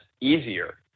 easier